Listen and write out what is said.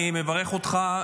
אני מברך אותך,